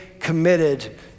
committed